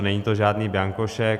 Není to žádný bianko šek.